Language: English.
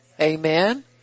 Amen